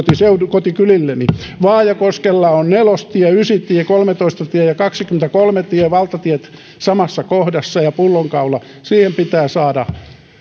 kotikylilleni vaajakoskella on nelostie ysitie kolmetoista tie ja kaksikymmentäkolme tie valtatiet samassa kohdassa ja pullonkaula siihen pitää